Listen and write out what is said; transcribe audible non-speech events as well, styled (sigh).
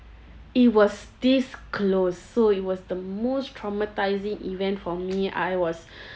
it was this close so it was the most traumatizing event for me I was (breath)